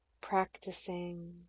practicing